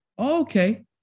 okay